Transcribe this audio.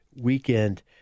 weekend